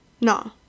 no